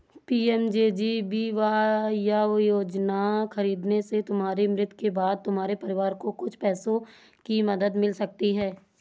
PMJJBY योजना खरीदने से तुम्हारी मृत्यु के बाद तुम्हारे परिवार को कुछ पैसों की मदद मिल सकती है